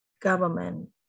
government